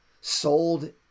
sold